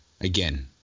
again